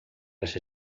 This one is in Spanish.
las